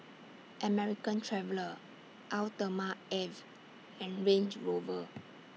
American Traveller Eau Thermale Avene and Range Rover